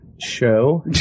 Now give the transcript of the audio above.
show